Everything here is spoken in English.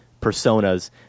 personas